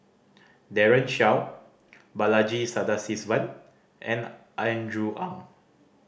Daren Shiau Balaji Sadasivan and Andrew Ang